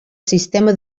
sistema